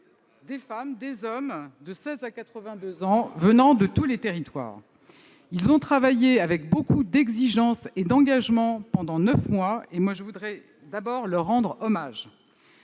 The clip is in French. des femmes, des hommes, de 16 à 82 ans, venant de tous les territoires. Ils ont travaillé avec beaucoup d'exigence et d'engagement pendant neuf mois. Je veux leur rendre hommage.